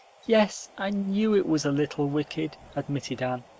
yes, i knew it was a little wicked, admitted anne.